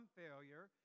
failure